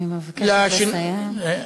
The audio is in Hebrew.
אני מבקשת לסיים.